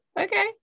okay